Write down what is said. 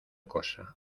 cosa